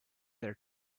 their